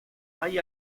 hay